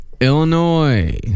Illinois